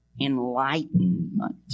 Enlightenment